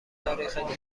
تاریخ